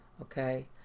Okay